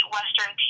Western